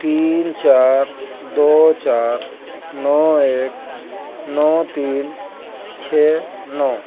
تین چار دو چار نو ایک نو تین چھ نو